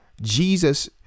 Jesus